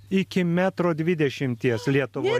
iki metro dvidešimties lietuvoj